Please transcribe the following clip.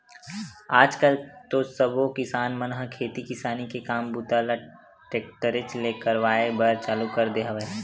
आज कल तो सबे किसान मन ह खेती किसानी के काम बूता ल टेक्टरे ले करवाए बर चालू कर दे हवय